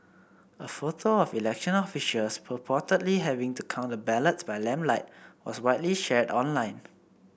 a photo of election officials purportedly having to count the ballots by lamplight was widely shared online